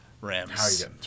Rams